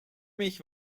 mich